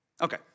Okay